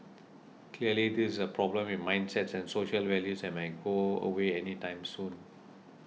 clearly this is a problem with mindsets and social values that might go away anytime soon